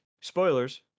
Spoilers